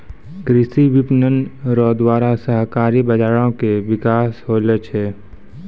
कृषि विपणन रो द्वारा सहकारी बाजारो के बिकास होलो छै